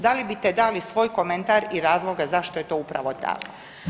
Da li bite dali svoj komentar i razloge zašto je to upravo tako.